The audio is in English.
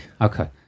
Okay